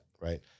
right